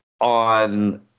on